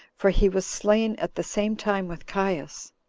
for he was slain at the same time with caius.